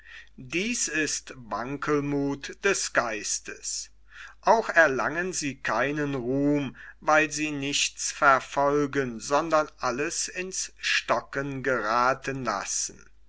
dies ist wankelmuth des geistes auch erlangen sie keinen ruhm weil sie nichts verfolgen sondern alles in's stocken gerathen lassen